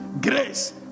Grace